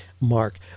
Mark